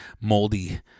moldy